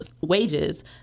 wages